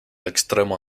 extremo